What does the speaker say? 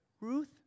Ruth